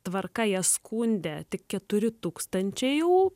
tvarka jie skundė tik keturi tūkstančiai jų